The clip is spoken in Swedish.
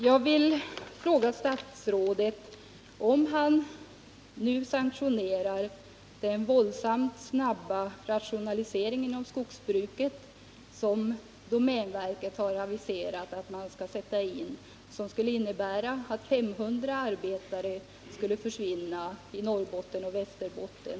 Jag vill fråga statsrådet om han sanktionerar den våldsamt snabba rationalisering inom skogsbruket som domänverket nu har aviserat och som skulle innebära att 500 arbeten skulle försvinna i Norrbotten och Västerbotten.